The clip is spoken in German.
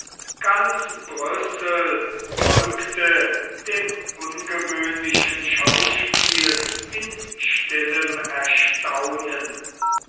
ganz brüssel folgte dem ungewöhnlichen schauspiel in stillem erstaunen